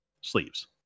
sleeves